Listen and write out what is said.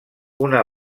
una